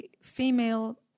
female